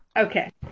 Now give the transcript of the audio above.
Okay